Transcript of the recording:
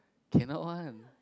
cannot one